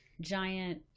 giant